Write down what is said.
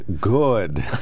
good